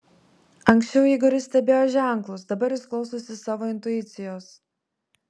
anksčiau igoris stebėjo ženklus dabar jis klausosi savo intuicijos